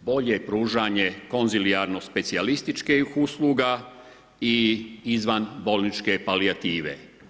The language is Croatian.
bolje pružanje konzilijarno specijalističkih usluga i izvanbolničke palijative.